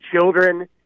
children